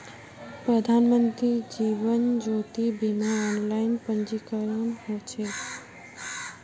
प्रधानमंत्री जीवन ज्योति बीमार ऑनलाइन पंजीकरण ह छेक